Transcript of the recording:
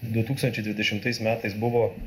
du tūkstančiai dvidešimtais metais buvo